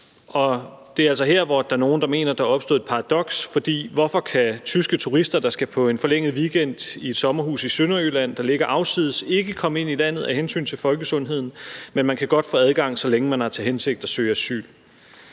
det er altså her, der er nogle, der mener, der er opstået et paradoks, for hvorfor kan tyske turister, der skal på en forlænget weekend i et sommerhus, der ligger afsides, i Sønderjylland, ikke komme ind i landet af hensyn til folkesundheden, når man kan få adgang, så længe man har til hensigt at søge asyl.